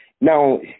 Now